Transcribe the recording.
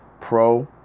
Pro